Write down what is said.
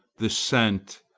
the cent,